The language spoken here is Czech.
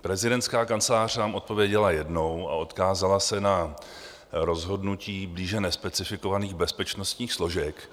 Prezidentská kancelář nám odpověděla jednou a odkázala se na rozhodnutí blíže nespecifikovaných bezpečnostních složek.